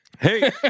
Hey